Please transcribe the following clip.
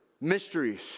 mysteries